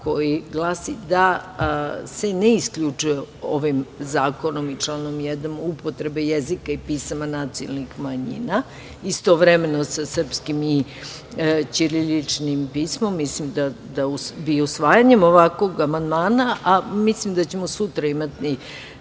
koji glasi da se ne isključuje ovim zakonom i članom 1. upotreba jezika i pisama nacionalnih manjina istovremeno sa srpskim i ćiriličkim pismom. Mislim da bi usvajanjem ovakvog amandmana, a mislim da ćemo sutra imati